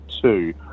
two